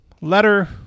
letter